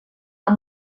amb